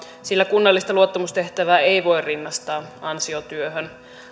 sillä kunnallista luottamustehtävää ei voi rinnastaa ansiotyöhön